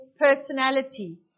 personality